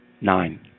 Nine